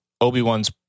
Obi-Wan's